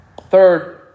Third